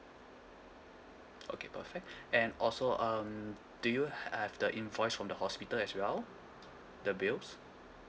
okay perfect and also um do you have the invoice from the hospital as well the bills